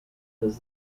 does